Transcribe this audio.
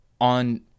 On